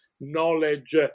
knowledge